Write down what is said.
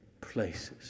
places